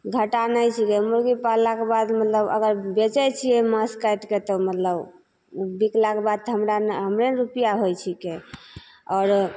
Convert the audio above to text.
घाटा नहि छिकै मुरगी पाललाके बाद मतलब अगर बेचै छिए मौस काटिके तऽ मतलब ओ बिकलाके बाद तऽ हमरा ने हमरे ने रुपैआ होइ छिकै आओर